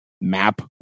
map